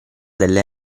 delle